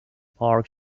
park